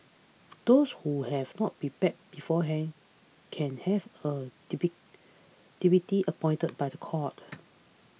those who have not prepared beforehand can have a depict deputy appointed by the court